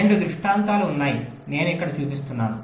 2 దృష్టాంతాలు ఉన్నాయి నేను ఇక్కడ చూపిస్తున్నాను